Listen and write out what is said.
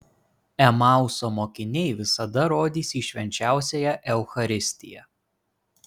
emauso mokiniai visada rodys į švenčiausiąją eucharistiją